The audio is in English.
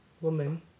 woman